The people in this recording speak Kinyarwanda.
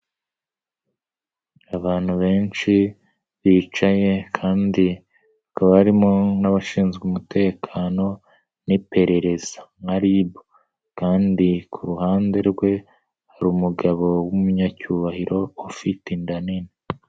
Abantu benshi bicaye kandi hakaba harimo n'abashinzwe umutekano n'iperereza nka RIB kandi ku ruhande rwe hari umugabo w'umunyacyubahiro ufite inda nini.